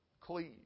Cleave